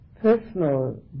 personal